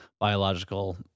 biological